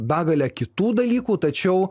begalę kitų dalykų tačiau